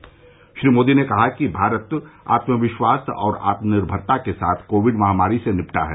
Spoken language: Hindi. श्री नरेन्द्र मोदी ने कहा कि भारत आत्मविश्वास और आत्मनिर्भरता के साथ कोविड महामारी से निपटा है